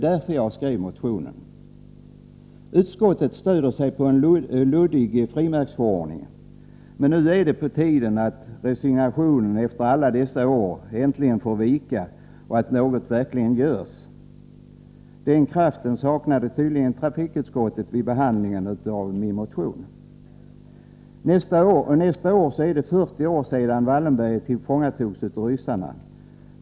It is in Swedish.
Därför skrev jag motionen. Utskottet stöder sig på en luddig frimärksförordning. Men nu är det på tiden att resignationen efter alla dessa år äntligen får vika och att något verkligen görs. Den kraften saknade tydligen trafikutskottet vid behandlingen av min motion. Nästa år är det 40 år sedan Wallenberg tillfångatogs av ryssarna.